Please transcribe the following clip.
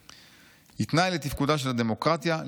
היא תנאי לתפקודה של הדמוקרטיה,